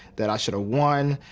that i should've won,